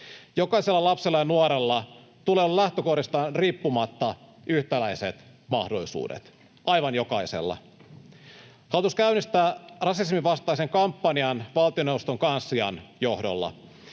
Jokaisella lapsella ja nuorella tulee olla lähtökohdistaan riippumatta yhtäläiset mahdollisuudet, aivan jokaisella. Hallitus käynnistää rasismin vastaisen kampanjan valtioneuvoston kanslian johdolla.